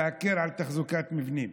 להקל על תחזוקת מבנים,